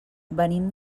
venim